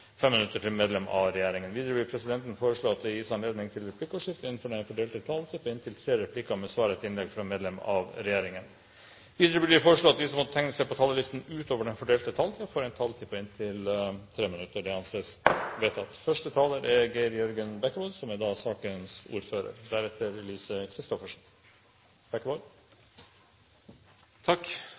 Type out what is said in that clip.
minutter til medlem av regjeringen. Videre vil presidenten foreslå at det gis anledning til replikkordskifte på inntil tre replikker med svar etter innlegg fra medlem av regjeringen innenfor den fordelte taletid. Videre blir det foreslått at de som måtte tegne seg på talerlisten utover den fordelte taletid, får en taletid på inntil 3 minutter. – Det anses vedtatt.